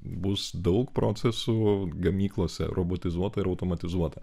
bus daug procesų gamyklose robotizuota ir automatizuota